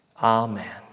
amen